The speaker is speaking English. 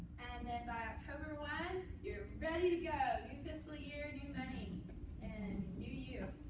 and then by october one, you're ready to go. new fiscal year, new money and new you.